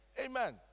Amen